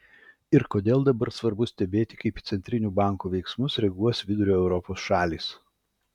ir kodėl dabar svarbu stebėti kaip į centrinių bankų veiksmus reaguos vidurio europos šalys